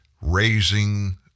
raising